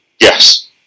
Yes